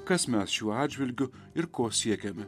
kas mes šiuo atžvilgiu ir ko siekiame